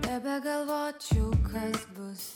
tebegalvočiau kas bus